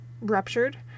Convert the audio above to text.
ruptured